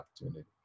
opportunity